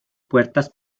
puertas